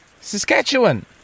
Saskatchewan